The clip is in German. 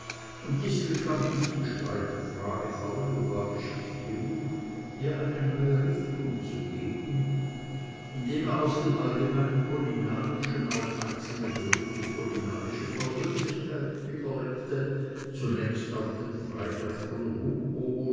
und distelkamp ließ die streitfrage fallen oder war geschickt genug ihr eine neue richtung zu gehen indem er aus dem allgemein kulinarischen auf einzelne berühmte kulinarische persönlichkeiten überlenkte zunächst auf den freiherrn von rumohr